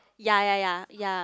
yea yea yea yea